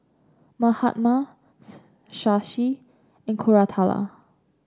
Mahatma Shashi and Koratala